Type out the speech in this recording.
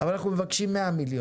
אבל אנחנו מבקשים 100 מיליון.